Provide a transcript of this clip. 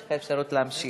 יש לך אפשרות להמשיך.